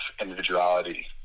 individuality